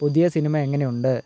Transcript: പുതിയ സിനിമ എങ്ങനെയുണ്ട്